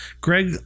Greg